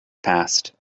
passed